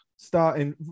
Starting